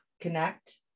connect